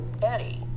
Betty